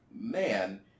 man